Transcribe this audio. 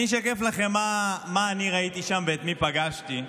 אני אשקף לכם מה אני ראיתי שם ואת מי פגשתי.